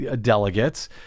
delegates